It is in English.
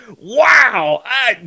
Wow